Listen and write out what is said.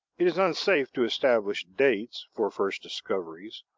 it is unsafe to establish dates for first discoveries,